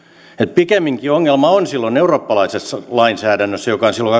pikemminkin ongelma on silloin eurooppalaisessa lainsäädännössä joka on silloin